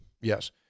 Yes